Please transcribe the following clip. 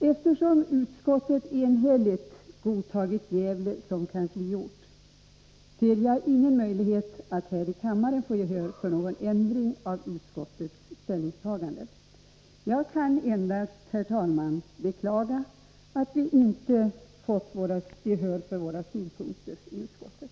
, Eftersom utskottet enhälligt godtagit Gävle som kansliort ser jag ingen möjlighet att här i kammaren få till stånd någon ändring av utskottets ställningstagande. Jag kan endast, herr talman, beklaga att vi inte fått gehör för våra synpunkter i utskottet.